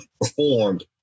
performed